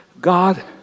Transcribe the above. God